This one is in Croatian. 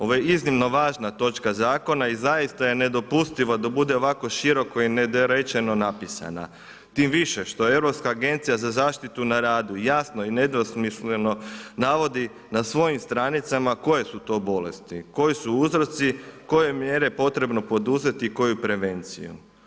Ovo je iznimno važna točka zakona i zaista je nedopustivo da bude ovako široko i nedorečeno napisana, tim više što je Europska agencija za zaštitu na radu javno i nedvosmisleno navodi na svojim stranicama koje su to bolesti, koje je mjere potrebno poduzeti, koju prevenciju.